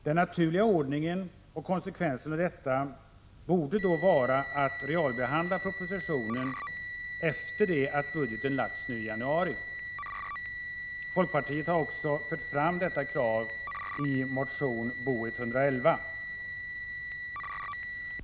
Den naturliga ordningen och konsekvensen av detta borde då vara att realbehandla propositionen efter det att budgeten lagts fram i januari. Folkpartiet har också fört fram detta krav i motion Bo111.